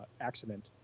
accident